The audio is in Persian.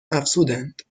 افزودند